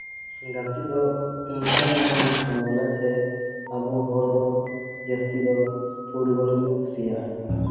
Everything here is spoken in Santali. ᱜᱟᱛᱮ ᱫᱚ ᱱᱚᱝᱠᱟᱱ ᱢᱚᱡᱽ ᱡᱤᱱᱤᱥ ᱠᱟᱱᱟ ᱵᱚᱞᱮ ᱥᱮ ᱟᱵᱚ ᱦᱚᱲ ᱫᱚ ᱡᱟᱹᱥᱛᱤ ᱫᱚ ᱯᱷᱩᱴᱵᱚᱞ ᱜᱮᱠᱚ ᱠᱩᱥᱤᱭᱟᱜᱼᱟ